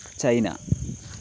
China